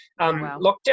lockdown